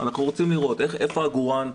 אנחנו רוצים לראות איפה העגורן,